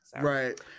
Right